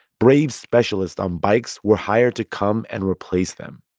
brave specialists on bikes were hired to come and replace them.